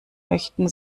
möchten